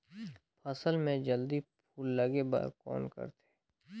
फसल मे जल्दी फूल लगे बर कौन करथे?